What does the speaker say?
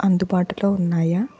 అందుబాటులో ఉన్నాయా